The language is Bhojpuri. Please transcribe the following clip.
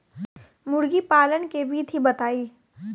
मुर्गीपालन के विधी बताई?